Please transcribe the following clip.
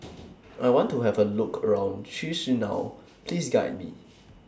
I want to Have A Look around Chisinau Please Guide Me